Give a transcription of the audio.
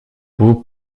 vous